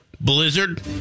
blizzard